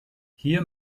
hier